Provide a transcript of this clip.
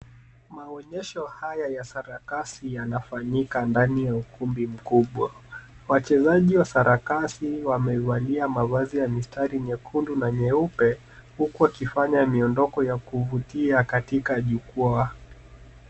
Maonyesho haya ya sarakasi yanafanyika ndani ya ukumbi mkubwa. Wachezaji wa sarakasi wamevalia mavazi ya mistari nyekundu na nyeupe, huku wakifanya miondoko ya kuvutia katika jukwaa.